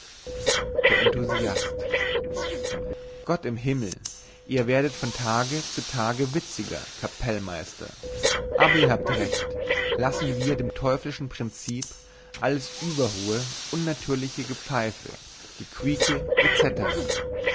der enthusiast gott im himmel ihr werdet von tage zu tage witziger kapellmeister aber ihr habt recht lassen wir dem teuflischen prinzip alles überhohe unnatürliche gepfeife gequieke